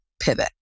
pivot